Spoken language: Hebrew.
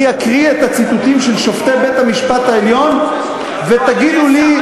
אני אקריא את הציטוטים של שופטי בית-המשפט העליון ותגידו לי,